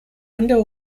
andere